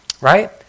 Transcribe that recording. Right